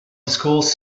schools